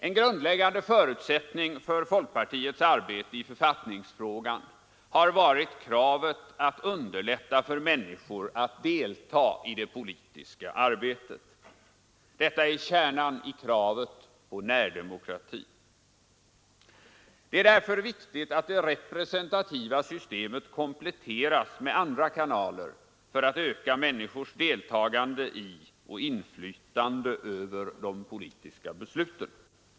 En grundläggande förutsättning för folkpartiets arbete i författningsfrågan är vår önskan att underlätta för människor att delta i det politiska arbetet. Detta är kärnan i kravet på närdemokrati. Det är därför viktigt att det representativa systemet kompletteras med andra kanaler för att öka människors deltagande i och inflytande över de politiska besluten.